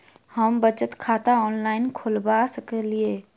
हम बचत खाता ऑनलाइन खोलबा सकलिये?